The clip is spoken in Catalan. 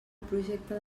projecte